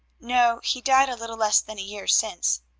no, he died a little less than a year since.